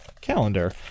calendar